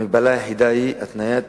המגבלה היחידה היא התניית